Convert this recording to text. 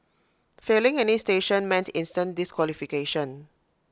failing any station meant instant disqualification